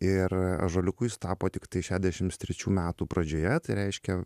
ir ąžuoliuku jis tapo tiktai šedešims trečių metų pradžioje tai reiškia